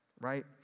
right